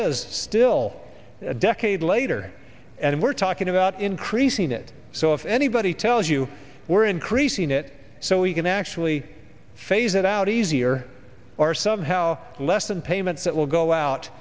is still a decade later and we're talking about increasing it so if anybody tells you we're increasing it so we can actually phase it out easier or somehow less than payments that will go out